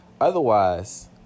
Otherwise